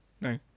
No